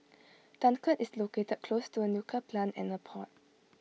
Dunkirk is located close to A nuclear plant and A port